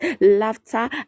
laughter